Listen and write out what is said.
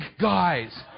guys